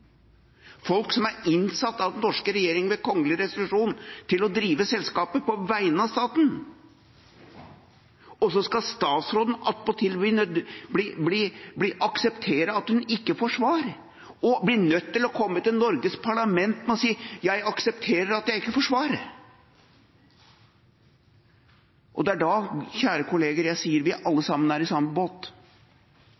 Folk som er innsatt av den norske regjeringa ved kongelig resolusjon til å drive selskapet på vegne av staten – og så skal statsråden attpåtil akseptere at hun ikke får svar og bli nødt til å komme til Norges parlament og si: Jeg aksepterer at jeg ikke får svar. Det er da, kjære kolleger, jeg sier at vi alle sammen er i samme båt.